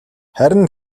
харин